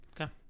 Okay